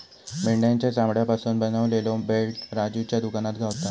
मेंढ्याच्या चामड्यापासून बनवलेलो बेल्ट राजूच्या दुकानात गावता